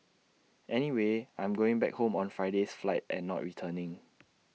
anyway I'm going back home on Friday's flight and not returning